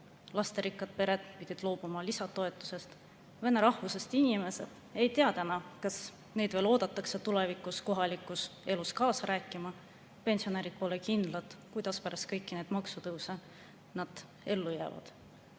Lasterikkad pered pidid loobuma lisatoetusest, vene rahvusest inimesed ei tea, kas neid tulevikus veel oodatakse kohalikus elus kaasa rääkima, pensionärid pole kindlad, kuidas nad pärast kõiki neid maksutõuse ellu jäävad.